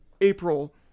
April